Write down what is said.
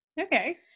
Okay